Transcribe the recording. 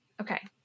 okay